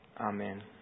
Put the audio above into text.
Amen